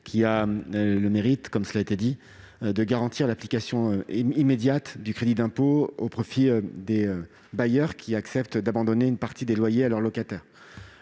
aurait le mérite, comme cela a été dit, de garantir l'application immédiate du crédit d'impôt au profit des bailleurs qui acceptent d'abandonner une partie des loyers à leurs locataires.